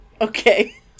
Okay